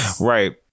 right